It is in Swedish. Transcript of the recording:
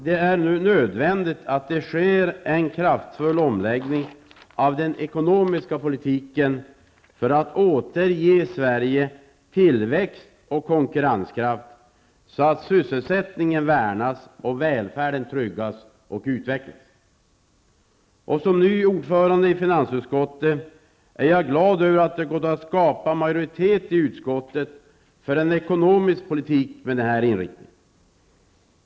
Det är nu nödvändigt att det sker en kraftfull omläggning av den ekonomiska politiken för att återge Sverige tillväxt och konkurrenskraft så att sysselsättningen värnas och välfärden tryggas och utvecklas. Som ny ordförande i finansutskottet är jag glad över att det gått att skapa majoritet i utskottet för en ekonomisk politik med denna inriktning.